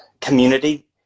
community